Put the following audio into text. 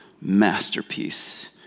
masterpiece